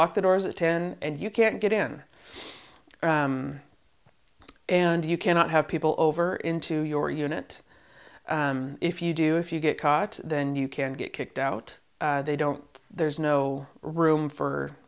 lock the doors at ten and you can't get in and you cannot have people over into your unit if you do if you get caught then you can get kicked out they don't there's no room for